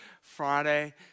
Friday